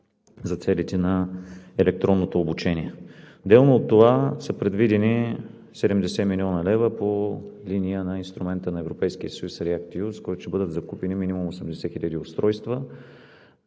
за целите на електронното обучение. Отделно от това са предвидени 70 млн. лв. по линия на Инструмента на Европейския съюз REACT-EU, с който ще бъдат закупени минимум 80 хиляди устройства.